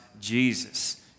Jesus